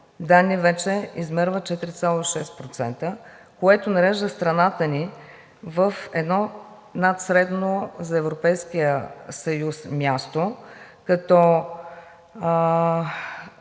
данни вече измерват 4,6%, което нарежда страната ни в едно над средно за Европейския съюз място, като